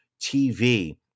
TV